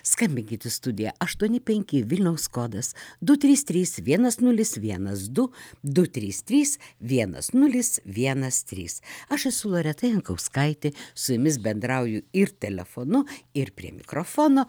skambinkit į studija aštuoni penki vilniaus kodas du trys trys vienas nulis vienas du du trys trys vienas nulis vienas trys aš esu loreta jankauskaitė su jumis bendrauju ir telefonu ir prie mikrofono